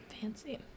Fancy